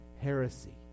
heresy